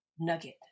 nugget